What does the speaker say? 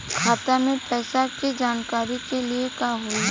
खाता मे पैसा के जानकारी के लिए का होई?